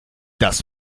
das